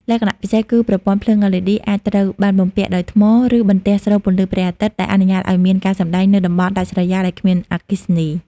លក្ខណៈពិសេសគឺប្រព័ន្ធភ្លើង LED អាចត្រូវបានបំពាក់ដោយថ្ម ឬបន្ទះស្រូបពន្លឺព្រះអាទិត្យ ដែលអនុញ្ញាតឱ្យមានការសម្តែងនៅតំបន់ដាច់ស្រយាលដែលគ្មានអគ្គិសនី។